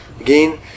Again